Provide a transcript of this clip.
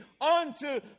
unto